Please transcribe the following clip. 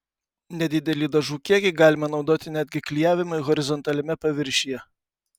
nedidelį dažų kiekį galima naudoti netgi klijavimui horizontaliame paviršiuje